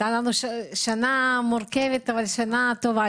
הייתה לנו שנה מורכבת אבל שנה טובה.